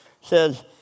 says